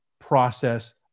process